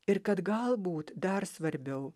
ir kad galbūt dar svarbiau